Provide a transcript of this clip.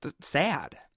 sad